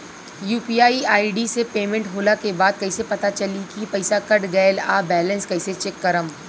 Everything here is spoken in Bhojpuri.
यू.पी.आई आई.डी से पेमेंट होला के बाद कइसे पता चली की पईसा कट गएल आ बैलेंस कइसे चेक करम?